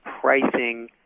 pricing